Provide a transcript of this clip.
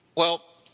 well,